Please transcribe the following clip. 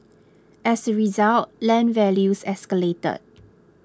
as a result land values escalated